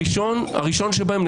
הראשון שבהם,